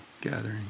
gathering